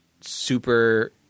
super